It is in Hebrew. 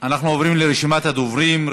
אנחנו עוברים לרשימת הדוברים.